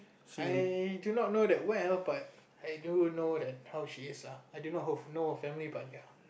I do not know that well but I do know that how she is lah I do not know her family but ya